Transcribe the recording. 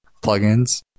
plugins